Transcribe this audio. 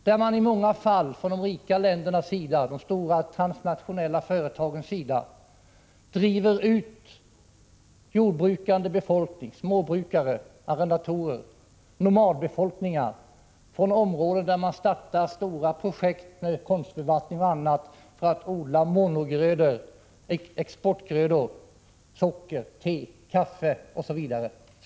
Ofta driver man från de rika ländernas och de stora, transnationella företagens sida ut jordbrukande befolkning, småbrukare, arrendatorer och nomadbefolkning från områden där man startar stora projekt med konstbevattning och annat för att odla monogrödor och exportgrödor som socker, te och kaffe.